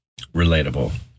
Relatable